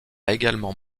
également